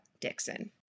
Dixon